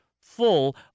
full